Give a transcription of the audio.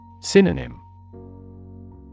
Synonym